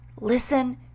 listen